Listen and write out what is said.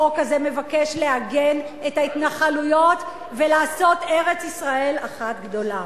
החוק הזה מבקש לעגן את ההתנחלויות ולעשות ארץ-ישראל אחת גדולה.